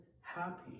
happy